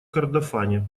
кордофане